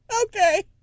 Okay